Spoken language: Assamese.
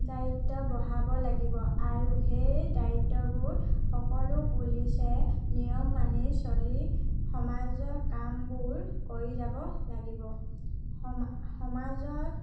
দায়িত্ব বঢ়াব লাগিব আৰু সেই দায়িত্ববোৰ সকলো পুলিচে নিয়ম মানি চলি সমাজৰ কামবোৰ কৰি যাব লাগিব সমা সমাজত